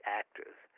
actors